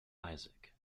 isaac